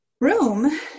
room